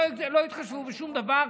לא התחשבו בשום דבר.